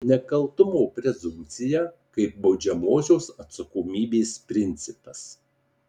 nekaltumo prezumpcija kaip baudžiamosios atsakomybės principas